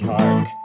Park